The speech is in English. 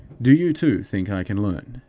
do you, too, think i can learn?